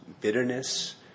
bitterness